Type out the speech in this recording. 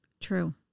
True